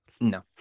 No